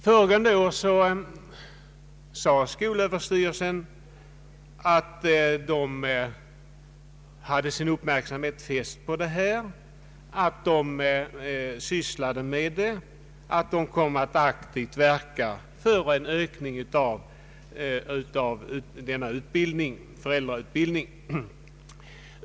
Föregående år uttalade skolöverstyrelsen att man hade sin uppmärksamhet riktad på detta spörsmål, att utbildningsmyndigheterna sysslade med det och att man kommer att aktivt verka för en ökning av denna föräldrautbildning.